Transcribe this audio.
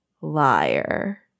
liar